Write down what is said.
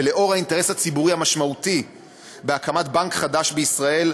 ולאור האינטרס הציבורי המשמעותי בהקמת בנק חדש בישראל,